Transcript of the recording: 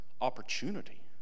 opportunity